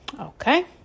okay